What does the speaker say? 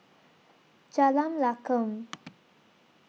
Jalan Lakum